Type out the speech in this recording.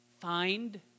find